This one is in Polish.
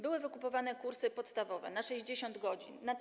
Były wykupywane kursy podstawowe, 60-godzinne.